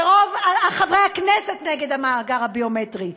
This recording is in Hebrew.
ורוב חברי הכנסת נגד המאגר הביומטרי,